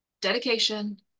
dedication